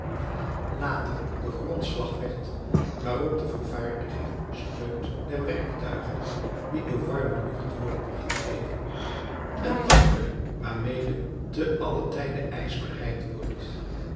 later de grondslag werd waarop de vervaardiging steunt der werktuigen die door warme lucht worden gedreven en van andere waarmede ten allen tijde ijs bereid wordt